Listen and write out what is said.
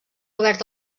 obert